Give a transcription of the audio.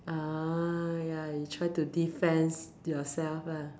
oh ya you try to defend yourself lah